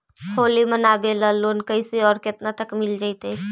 होली मनाबे ल लोन कैसे औ केतना तक के मिल जैतै?